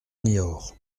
niort